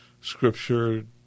scripture